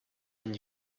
and